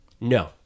No